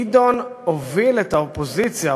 גדעון הוביל את האופוזיציה,